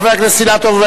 חבר הכנסת אילטוב,